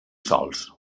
sòls